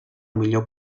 millor